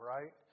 Right